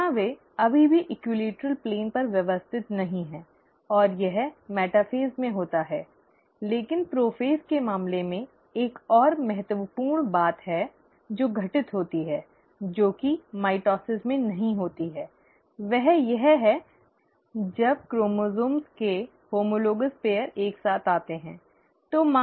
यहाँ वे अभी भी भूमध्यरेखीय तल पर व्यवस्थित नहीं हैं और यह मेटाफ़ेज़ में होता है लेकिन प्रोफ़ेज़ के मामले में एक और महत्वपूर्ण बात है जो घटित होती है जो कि माइटोसिस में नहीं होती है वह यह है जब क्रोमोसोम्स की होमोलोगॅस जोड़ी एक साथ आती है